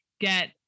get